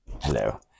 hello